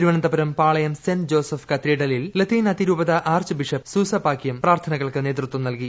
Thiruvananthapuram Palayam saint Joseph കത്തീഡ്രലിൽ ലത്തീൻ അതിരൂപത arch bishop Soosa Pakiam പ്രാർത്ഥനകൾക്ക് നേതൃത്വം നൽകി